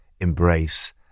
embrace